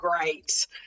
great